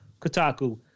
Kotaku